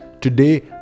today